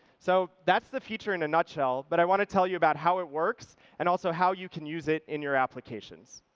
so that's the feature in a nutshell. but i want to tell you about how it works and also, how you can use it in your applications.